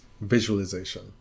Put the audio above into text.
visualization